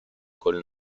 col